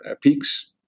peaks